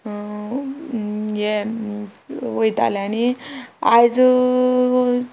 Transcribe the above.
हे वयताले आनी आयज